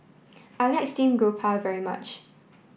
I like steamed garoupa very much